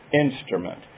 instrument